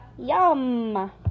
Yum